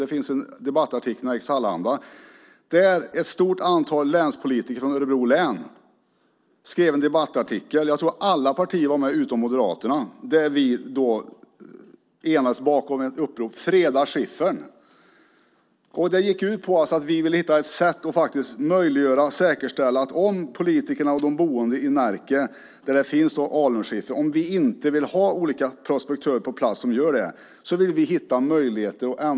Det finns en debattartikel i Nerikes Allehanda som skrevs av ett stort antal länspolitiker i Örebro län - jag tror att alla partier var med utom Moderaterna - där vi enades bakom ett upprop: Freda skiffern! Det gick ut på att vi vill hitta ett sätt att säkerställa att politikerna och de boende i Närke, där det finns alunskiffer, om de inte vill ha olika prospektörer på plats kan säga stopp redan i ett tidigt skede.